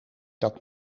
dat